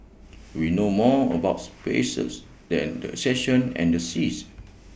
we know more about spaces than the and the seas